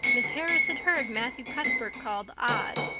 miss harris had heard matthew cuthbert called odd.